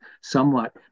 somewhat